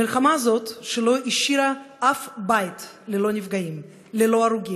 המלחמה שלא השאירה אף בית ללא נפגעים, ללא הרוגים: